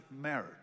marriage